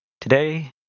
Today